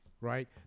right